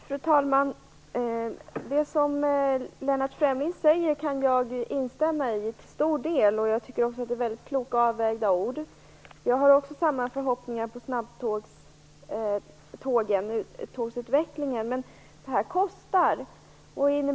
Fru talman! Det som Lennart Fremling säger kan jag instämma i till stor del, och jag tycker att hans ord var kloka och väl avvägda. Jag har samma förhoppningar på snabbtågsutvecklingen. Men det här kostar.